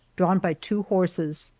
drawn by two horses.